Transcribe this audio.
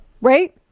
right